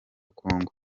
congo